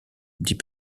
dit